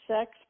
sex